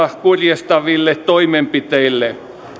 kurjistaville toimenpiteille